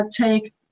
take